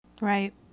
Right